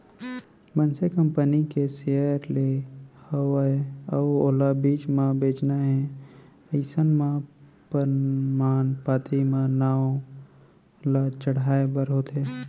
मनसे कंपनी के सेयर ले हवय अउ ओला बीच म बेंचना हे अइसन म परमान पाती म नांव ल चढ़हाय बर होथे